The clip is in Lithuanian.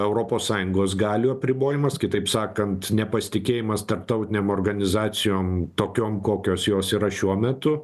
europos sąjungos galių apribojimas kitaip sakant nepasitikėjimas tarptautinėm organizacijom tokiom kokios jos yra šiuo metu